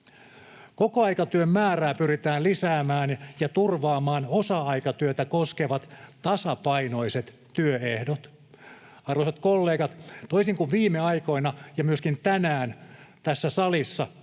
Kokoaikatyön määrää pyritään lisäämään ja pyritään turvaamaan osa-aikatyötä koskevat tasapainoiset työehdot. Arvoisat kollegat, toisin kuin viime aikoina ja myöskin tänään tässä salissa